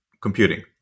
Computing